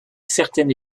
certaine